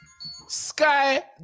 Sky